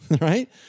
right